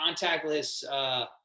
contactless